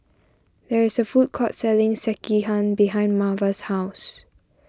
there is a food court selling Sekihan behind Marva's house